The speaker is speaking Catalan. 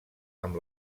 amb